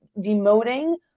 demoting